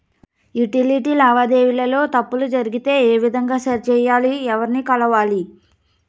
Utility లావాదేవీల లో తప్పులు జరిగితే ఏ విధంగా సరిచెయ్యాలి? ఎవర్ని కలవాలి?